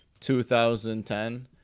2010